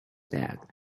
bag